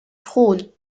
thron